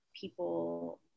people